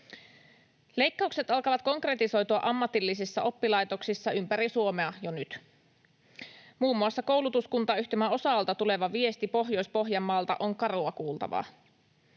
Leikkaukset alkavat konkretisoitua ammatillisissa oppilaitoksissa ympäri Suomea jo nyt. Muun muassa Koulutuskuntayhtymä OSAOlta tuleva viesti Pohjois-Pohjanmaalta on karua kuultavaa: